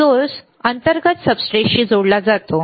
source अंतर्गत सब्सट्रेटशी जोडलेला आहे